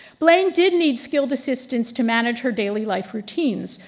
blaine did need skilled assistants to manage her daily life routines,